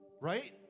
right